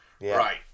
Right